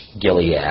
Gilead